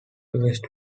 west